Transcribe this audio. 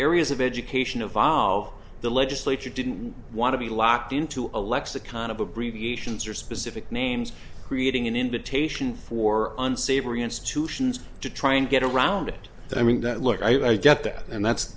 areas of education a volved the legislature didn't want to be locked into a lexicon of abbreviations or specific names creating an invitation for unsavory institutions to try and get around it i mean that look i get that and that's